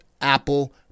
Apple